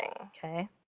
okay